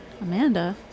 Amanda